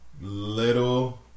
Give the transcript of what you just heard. little